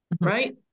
right